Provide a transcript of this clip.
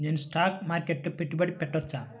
నేను స్టాక్ మార్కెట్లో పెట్టుబడి పెట్టవచ్చా?